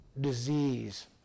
disease